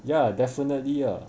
ya definitely ah